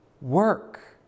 work